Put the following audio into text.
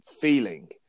feeling